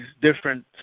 different